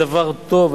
היא דבר טוב,